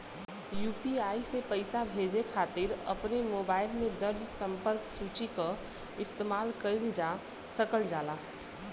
UPI से पइसा भेजे खातिर अपने मोबाइल में दर्ज़ संपर्क सूची क इस्तेमाल कइल जा सकल जाला